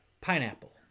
pineapple